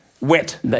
wet